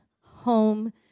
home